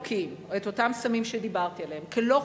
אותם סמים שדיברתי עליהם, כלא-חוקיים,